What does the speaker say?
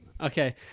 Okay